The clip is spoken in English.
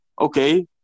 okay